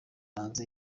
hanze